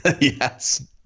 Yes